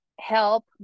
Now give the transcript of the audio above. help